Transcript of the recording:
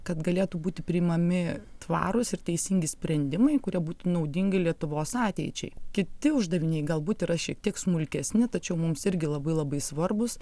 kad galėtų būti priimami tvarūs ir teisingi sprendimai kurie būtų naudingi lietuvos ateičiai kiti uždaviniai galbūt yra šiek tiek smulkesni tačiau mums irgi labai labai svarbūs